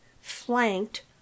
flanked